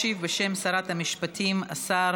ישיב בשם שרת המשפטים השר